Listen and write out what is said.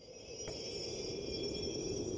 a